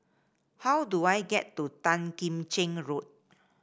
how do I get to Tan Kim Cheng Road